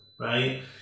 right